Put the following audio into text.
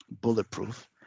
bulletproof